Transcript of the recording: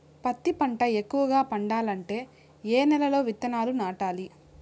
పత్తి పంట ఎక్కువగా పండాలంటే ఏ నెల లో విత్తనాలు నాటాలి?